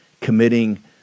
committing